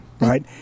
Right